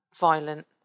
violent